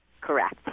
Correct